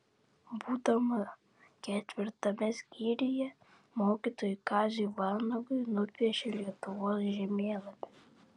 būdama ketvirtame skyriuje mokytojui kaziui vanagui nupiešė lietuvos žemėlapį